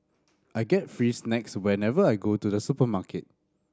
I get free snacks whenever I go to the supermarket